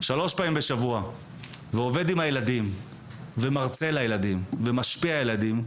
שלוש פעמים בשבוע ומרצה לילדים ומשפיע על הילדים,